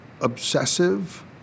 obsessive